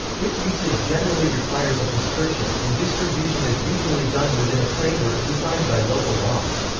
this usage generally requires a prescription, and distribution is usually done within a framework defined by local laws.